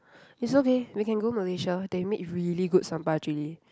it's okay we can go Malaysia they make really good sambal chilli